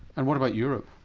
and what about europe?